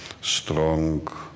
strong